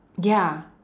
ya